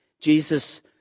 Jesus